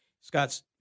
Scott's